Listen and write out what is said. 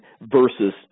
versus